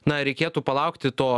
na reikėtų palaukti to